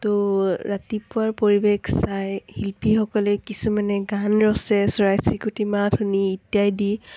তো ৰাতিপুৱাৰ পৰিৱেশ চাই শিল্পীসকলে কিছুমানে গান ৰচে চৰাই চিৰিকটিৰ মাত শুনি ইত্যাদি